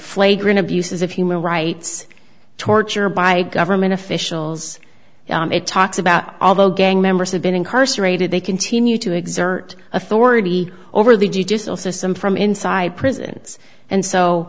flagrant abuses of human rights torture by government officials it talks about all the gang members have been incarcerated they continue to exert authority over the judicial system from inside prisons and so